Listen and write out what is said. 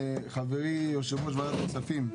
חברי יושב ראש ועדת הכספים,